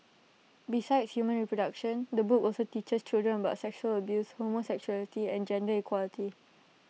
besides human reproduction the book also teaches children about sexual abuse homosexuality and gender equality